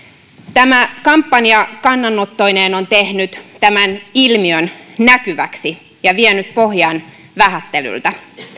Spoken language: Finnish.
tämä kampanja kannanottoineen on tehnyt tämän ilmiön näkyväksi ja vienyt pohjan vähättelyltä